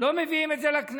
לא מביאים את זה לכנסת,